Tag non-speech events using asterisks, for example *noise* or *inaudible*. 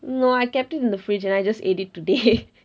no I kept it in the fridge and I just ate it today *laughs*